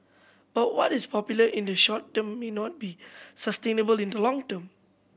but what is popular in the short term may not be sustainable in the long term